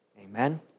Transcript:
Amen